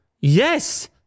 Yes